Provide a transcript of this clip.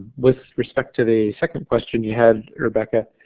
with respect to the second question you had rebecca,